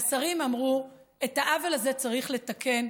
והשרים אמרו: את העוול הזה צריך לתקן.